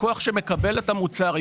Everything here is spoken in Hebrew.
לקוח שמקבל את המוצר,